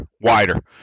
wider